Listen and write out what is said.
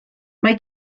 mae